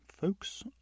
Folks